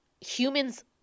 humans